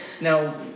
now